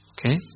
Okay